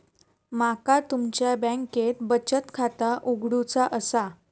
माका तुमच्या बँकेत बचत खाता उघडूचा असा?